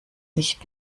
nicht